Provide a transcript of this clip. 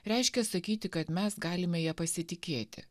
reiškia sakyti kad mes galime ja pasitikėti